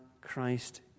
Christ